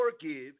forgive